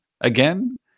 again